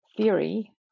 theory